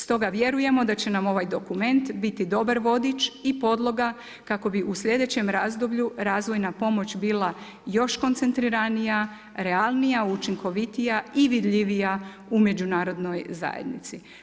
Stoga vjerujemo da će nam ovaj dokument biti dobar vodič i podloga kako bi u sljedećem razdoblju razvojna pomoć bila još koncentriranija, realnija, učinkovitija i vidljivija u međunarodnoj zajednici.